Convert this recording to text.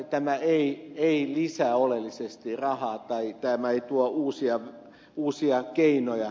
tämä ei lisää oleellisesti rahaa tai tämä ei tuo uusia keinoja